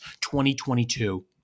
2022